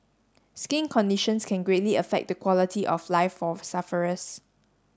skin conditions can greatly affect the quality of life for sufferers